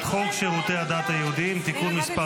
חוק שירותי הדת היהודיים (תיקון מס'